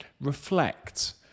reflect